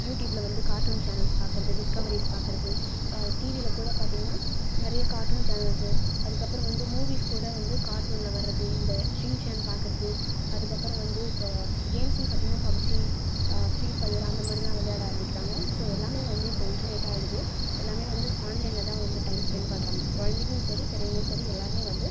யூடியூப்பில் வந்து cartoon channels பார்க்கறது டிஸ்கவரிஸ் பார்க்கறது டிவியில் கூட பார்த்தீங்கன்னா நிறைய கார்ட்டூன் சேனல்ஸு அதுக்கப்புறம் வந்து மூவிஸ் கூட வந்து கார்ட்டூனில் வர்றது இந்த ஷின் சான் பார்க்கறது அதுக்கப்புறம் வந்து இப்போ கேம்ஸ்ன்னு பார்த்தீங்கன்னா பப்ஜி ஃபிரீ ஃபயர் அந்த மாதிரிலாம் விளையாட ஆரம்பிக்கிறாங்க ஸோ எல்லாமே வந்து இப்போது இன்டர்நெட்டாக ஆகிடுது எல்லாமே வந்து ஆன்லைனில் தான் வந்து டைம் ஸ்பென்ட் பண்ணுறாங்க குழந்தைங்களும் சரி பெரியவங்களும் சரி எல்லாேருமே வந்து